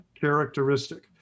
characteristic